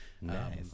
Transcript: Nice